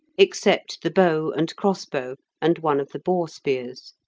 except the bow and crossbow and one of the boar spears.